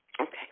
Okay